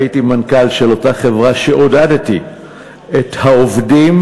הייתי מנכ"ל של אותה חברה ועודדתי את העובדים